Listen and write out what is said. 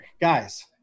guys